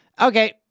okay